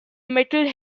metal